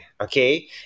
Okay